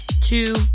two